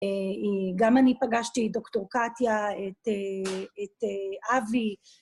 גם אני פגשתי את דוקטור קטיה, את אבי